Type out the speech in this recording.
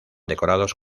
decorados